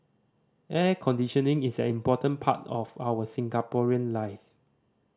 air conditioning is an important part of our Singaporean life